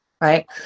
right